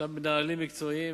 אותם מנהלים מקצועיים,